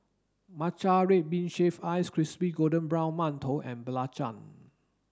Matcha red bean shaved ice crispy golden brown mantou and Belacan